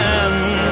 end